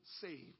saved